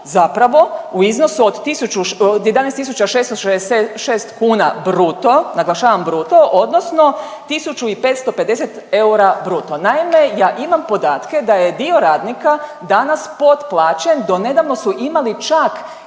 zapravo u iznosu od 11.666 kuna bruto, naglašavam bruto odnosno 1.550 eura bruto. Naime, ja imam podatke da je dio radnika danas potplaćen, donedavno su imali čak